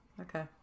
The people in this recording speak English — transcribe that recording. Okay